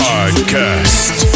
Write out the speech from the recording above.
Podcast